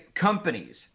companies